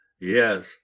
yes